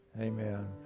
amen